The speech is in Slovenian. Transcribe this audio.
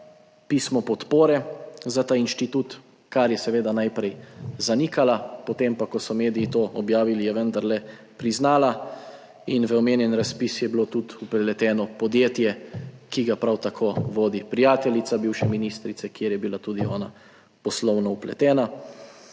pismo podpore za ta inštitut, kar je seveda najprej zanikala, potem pa, ko so mediji to objavili je vendarle priznala in v omenjen razpis je bilo tudi vpleteno podjetje, ki ga prav tako vodi prijateljica bivše ministrice, kjer je bila tudi ona poslovno vpletena.